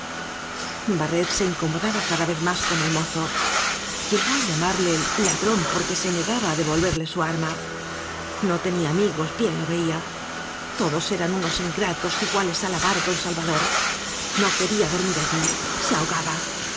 barret se incomodaba cada vez más con el mozo llegó á llamarle ladrón porque se negaba á devolverle su arma no tenía amigos vien lo veía todos eran unos ingratos iguales al avaro don salvador no quería dormir allí se ahogaba